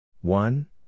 one